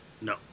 No